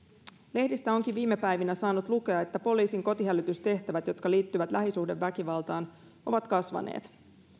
lehdistä onkin viime päivinä saanut lukea että poliisin kotihälytystehtävät jotka liittyvät lähisuhdeväkivaltaan ovat kasvaneet